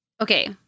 Okay